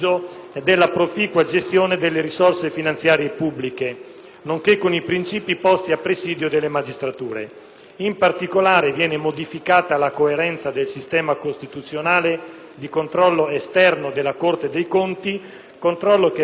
nonché con i principi posti a presidio delle magistrature. In particolare, è modificata la coerenza del sistema costituzionale di controllo esterno della Corte dei conti, controllo che verrebbe ad essere asservito e subordinato ai Governi centrali e locali;